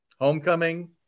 homecoming